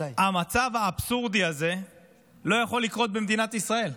המצב האבסורדי הזה לא יכול לקרות במדינת ישראל.